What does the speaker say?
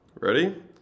Ready